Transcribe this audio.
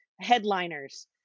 headliners